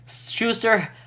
Schuster